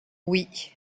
oui